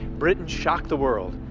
britain shocked the world,